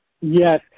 yes